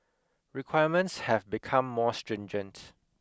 requirements have become more stringent